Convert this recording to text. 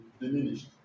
diminished